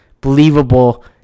Believable